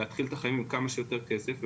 להתחיל את החיים עם כמה שיותר כסף,